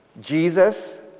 Jesus